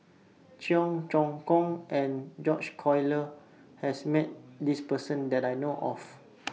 Cheong Choong Kong and George Collyer has Met This Person that I know of